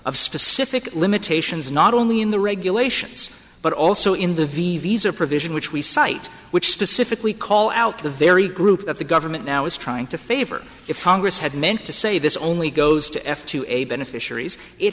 of specific limitations not only in the regulations but also in the v visa provision which we cite which specifically call out the very group of the government now is trying to favor if congress had meant to say this only goes to f f two beneficiaries it